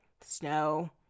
snow